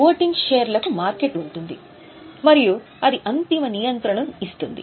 voting షేర్లకు market ఉంటుంది మరియు అది అంతిమ నియంత్రణను ఇస్తుంది